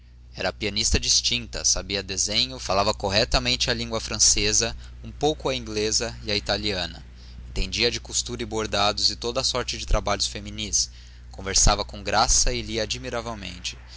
era pianista distinta sabia desenho falava correntemente a língua francesa um pouco a inglesa e a italiana entendia de costura e bordados e toda a sorte de trabalhos feminis conversava com graça e lia